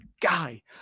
guy